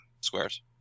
squares